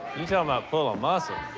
you talk about pull a muscle.